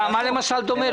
מה למשל דומה לו?